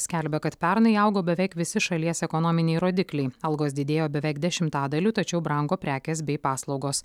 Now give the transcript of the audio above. skelbia kad pernai augo beveik visi šalies ekonominiai rodikliai algos didėjo beveik dešimtadaliu tačiau brango prekės bei paslaugos